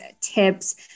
tips